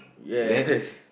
yes